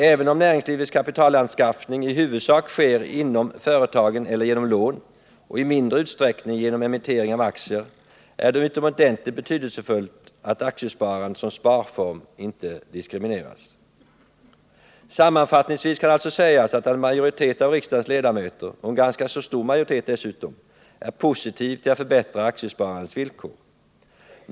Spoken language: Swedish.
Även om näringslivets kapitalanskaffning i huvudsak sker inom företagen eller genom lån och i mindre utsträckning genom emittering av aktier, är det utomordentligt betydelsefullt att aktiesparandet som sparform inte diskrimineras. Sammanfattningsvis kan alltså sägas att en majoritet av riksdagens ledamöter, och en ganska så stor majoritet dessutom, är positiv till att förbättra aktiesparandets villkor.